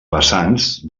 vessants